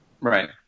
Right